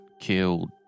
killed